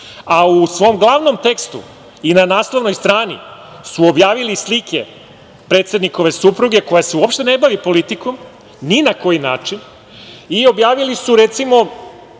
svom glavnom tekstu i na naslovnoj strani su objavili slike predsednikove supruge koja se uopšte ne bavi politikom, ni na koji način, i objavili su sledeće